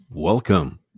Welcome